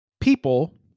people